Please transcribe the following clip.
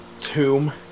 tomb